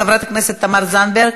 חברת הכנסת תמר זנדברג,